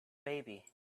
baby